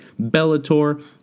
Bellator